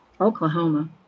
Oklahoma